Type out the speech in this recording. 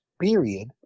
period